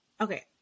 okay